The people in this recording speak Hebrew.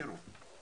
תראו,